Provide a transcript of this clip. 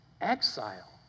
exile